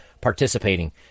participating